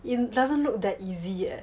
it doesn't look that easy eh